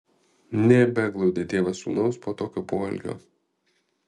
nebeglaudė tėvas sūnaus po tokio poelgio